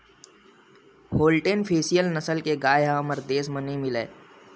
Holstein Friesian नसल के गाय ह हमर देस म नइ मिलय